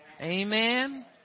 Amen